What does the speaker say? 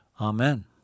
Amen